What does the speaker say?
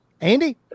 Andy